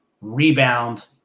rebound